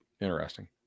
interesting